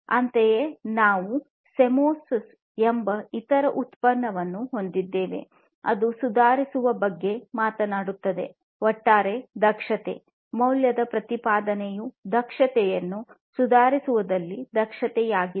ಅಂತೆಯೇ ನಾವು ಸೆಮಿಯೋಸ್ ಎಂಬ ಇತರ ಉತ್ಪನ್ನವನ್ನು ಹೊಂದಿದ್ದೇವೆ ಅದು ಸುಧಾರಿಸುವ ಬಗ್ಗೆ ಮಾತನಾಡುತ್ತದೆ ಒಟ್ಟಾರೆ ದಕ್ಷತೆ ಮೌಲ್ಯದ ಪ್ರತಿಪಾದನೆಯು ದಕ್ಷತೆಯನ್ನು ಸುಧಾರಿಸುವಲ್ಲಿ ದಕ್ಷತೆಯಾಗಿದೆ